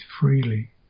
freely